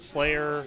Slayer